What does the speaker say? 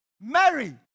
Mary